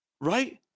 Right